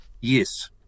Yes